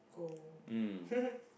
go